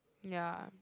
ya